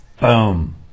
Boom